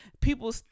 people